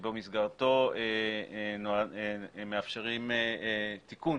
שבמסגרתו מאפשרים תיקון